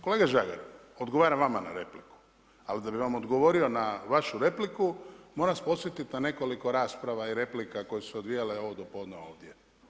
Kolega Žagar, odgovaram vama na repliku, ali da bi vam odgovorio na vašu repliku moram vas podsjetiti na nekoliko rasprava i replika koje su se odvijale ovo dopodne ovdje.